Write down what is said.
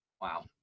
Wow